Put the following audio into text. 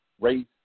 race